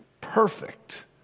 Perfect